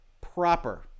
proper